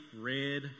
red